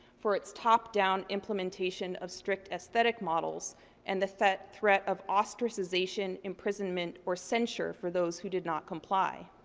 for its top-down implementation of strict esthetic models and the threat threat of ostracization, imprisonment or censure for those who did not comply.